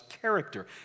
character